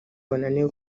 bananiwe